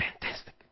Fantastic